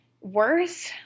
worse